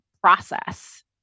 process